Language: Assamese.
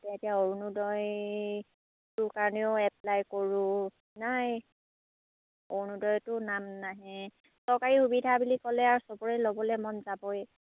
এতি এতিয়া অৰুণোদয়টো কাৰণেও এপ্লাই কৰোঁ নাই অৰুণোদয়টো নাম নাহে চৰকাৰী সুবিধা বুলি ক'লে আৰু সবৰে ল'বলৈ মন যাবই